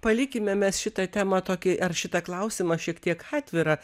palikime mes šitą temą tokį ar šitą klausimą šiek tiek atvirą